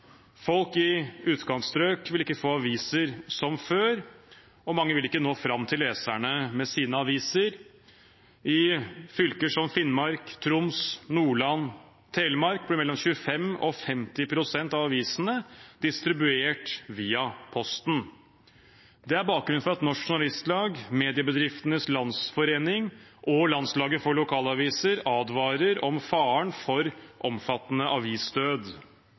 Folk i utkantstrøk vil ikke få aviser som før, og mange vil ikke nå fram til leserne med sine aviser. I fylker som Finnmark, Troms, Nordland og Telemark, blir mellom 25 og 50 pst. av avisene distribuert via Posten. Det er bakgrunnen for at Norsk Journalistlag, Mediebedriftenes Landsforening og Landslaget for lokalaviser advarer om faren for omfattende